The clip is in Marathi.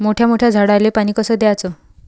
मोठ्या मोठ्या झाडांले पानी कस द्याचं?